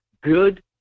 good